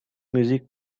music